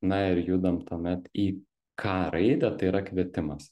na ir judam tuomet į ka raidę tai yra kvietimas